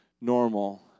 normal